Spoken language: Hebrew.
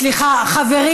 סליחה, חברים.